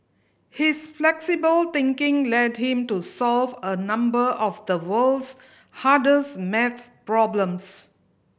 his flexible thinking led him to solve a number of the world's hardest maths problems